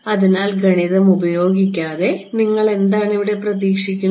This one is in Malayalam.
അതിനാൽ ഗണിതം ഉപയോഗിക്കാതെ നിങ്ങൾ എന്താണ് ഇവിടെ പ്രതീക്ഷിക്കുന്നത്